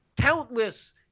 countless